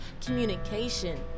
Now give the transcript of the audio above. communication